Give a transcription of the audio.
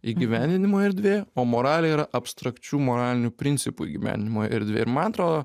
įgyveninimo erdvė o moralė yra abstrakčių moralinių principų įgyveninimo erdvė ir man antrodo